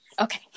Okay